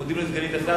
אנחנו מודים לסגנית השר.